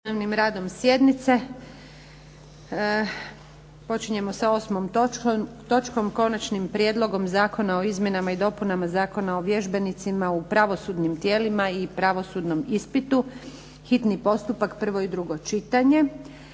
radom sjednice. Počinjemo sa 8. točkom. - Konačnim prijedlogom zakona o izmjenama i dopunama Zakona o vježbenicima u pravosudnim tijelima i pravosudnom ispitu, hitni postupak, prvo i drugo čitanje,